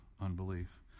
unbelief